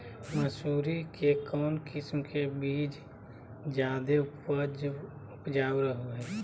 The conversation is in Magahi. मसूरी के कौन किस्म के बीच ज्यादा उपजाऊ रहो हय?